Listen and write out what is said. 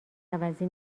عوضی